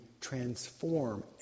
transform